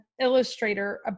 illustrator